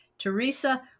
Teresa